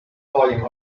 volume